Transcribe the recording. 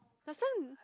last time